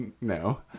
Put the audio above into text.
No